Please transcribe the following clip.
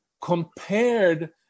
compared